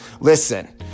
Listen